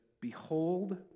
Behold